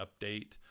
update